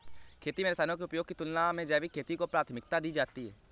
खेती में रसायनों के उपयोग की तुलना में जैविक खेती को प्राथमिकता दी जाती है